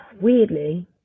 weirdly